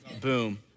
Boom